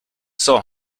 saw